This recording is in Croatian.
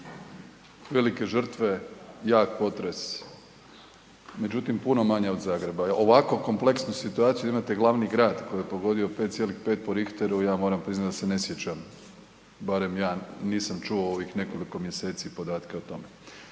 velike žrtve, jak potres, međutim, puno manje od Zagreba, ovako kompleksnu situaciju imate glavni grad koje je pogodio 5,5 po Richteru, ja moram priznati da se ne sjećam, barem ja nisam čuo u ovih nekoliko mjeseci podatke o tome